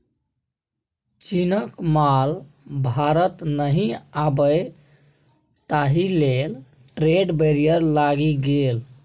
चीनक माल भारत नहि आबय ताहि लेल ट्रेड बैरियर लागि गेल